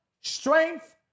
strength